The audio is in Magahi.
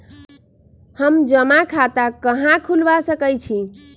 हम जमा खाता कहां खुलवा सकई छी?